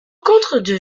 rencontres